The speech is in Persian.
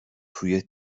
توی